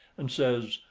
and says,